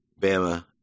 Bama